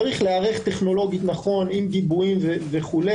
צריך להיערך טכנולוגית נכון עם גיבויים וכו'.